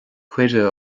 cuireadh